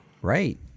Right